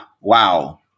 Wow